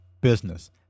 business